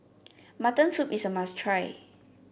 Mutton Soup is a must try